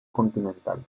continental